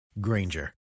Granger